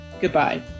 Goodbye